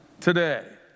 today